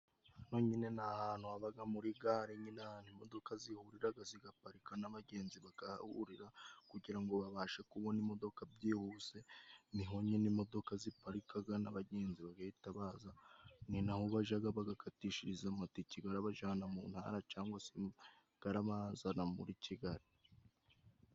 Hano nyine ni ahantu habaga muri gare, nyine ahantu imodoka zihuriraga zigaparika n'abagenzi bagahahurira kugira ngo babashe kubona imodoka byihuse. Niho nyine imodoka ziparikaga n'abagenzi bagahita baza, ni naho bajaga bagakatishiriza amatike garabajana mu ntara cangwa se garabazana muri Kigali.